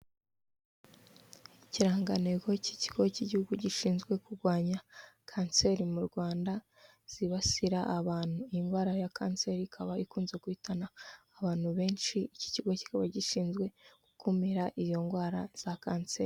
Ikirangantego cy'ikigo cy'igihugu gishinzwe kurwanya kanseri mu Rwanda zibasira abantu, indwara ya kanseri ikaba ikunze guhitana abantu benshi iki kigo kikaba gishinzwe gukumira izo ndwara za kanseri.